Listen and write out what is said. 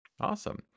Awesome